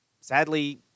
sadly